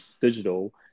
digital